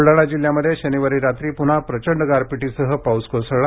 बुलडाणा जिल्ह्यामध्ये शनिवारी रात्री पुन्हा प्रचंड गारपिटीसह पाऊस कोसळला